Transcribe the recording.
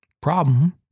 problem